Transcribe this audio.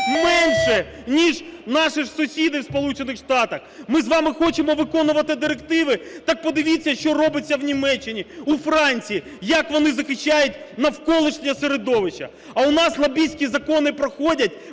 менше, ніж наші ж сусіди у Сполучених Штатах. Ми з вами хочемо виконувати директиви? Так подивіться, що робиться в Німеччині, у Франції, як вони захищають навколишнє середовище. А в нас лобістські закони проходять